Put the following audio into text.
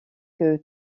que